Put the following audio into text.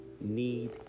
need